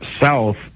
South